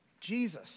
Jesus